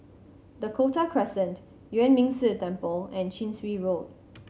Dakota Crescent Yuan Ming Si Temple and Chin Swee Road